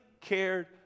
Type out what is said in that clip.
cared